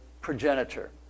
progenitor